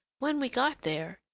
when we got there,